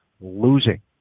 losing